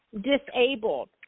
disabled